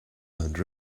hunt